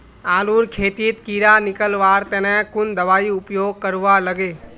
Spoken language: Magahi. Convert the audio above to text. आलूर खेतीत कीड़ा निकलवार तने कुन दबाई उपयोग करवा लगे?